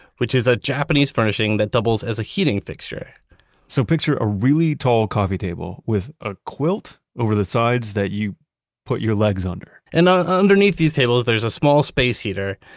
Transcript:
which is a japanese furnishing that doubles as a heating fixture so picture a really tall coffee table with a quilt over the sides that you put your legs under. and ah underneath these tables, there's a small space heater.